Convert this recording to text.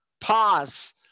pause